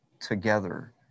Together